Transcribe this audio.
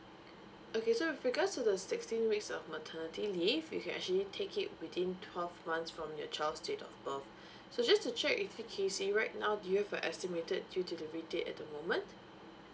okay so with regards to the sixteen weeks of maternity leave you can actually take it within twelve months from your child's date of birth so just to check with you kesy right now do you have a estimated due delivery date at the moment